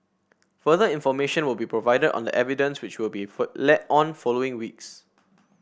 further information will be provided on the evidence which will be led on following weeks